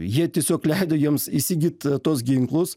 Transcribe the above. jie tiesiog leido jiems įsigyt tuos ginklus